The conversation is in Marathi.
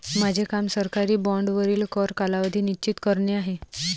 माझे काम सरकारी बाँडवरील कर कालावधी निश्चित करणे आहे